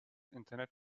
internet